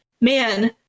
man